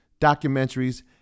documentaries